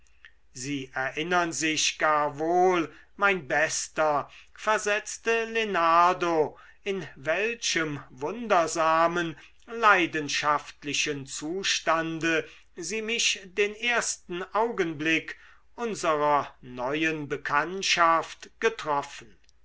sie erinnern sich gar wohl mein bester versetzte lenardo in welchem wundersamen leidenschaftlichen zustande sie mich den ersten augenblick unserer neuen bekanntschaft getroffen